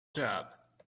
job